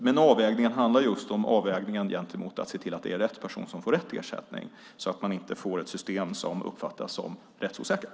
Men avvägningen handlar just om avvägning med avseende på att se till att det är rätt person som får rätt ersättning, så att vi inte får ett system som uppfattas som rättsosäkert.